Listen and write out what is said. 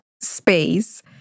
space